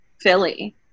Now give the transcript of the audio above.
Philly